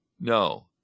No